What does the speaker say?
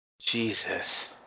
Jesus